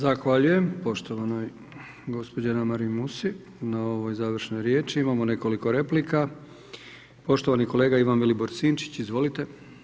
Zahvaljujem poštovanoj gospođi Anamariji Musi, na ovoj završnoj riječi, imamo nekoliko replika, poštovana kolega Ivan Vilibor Sinčić, izvolite.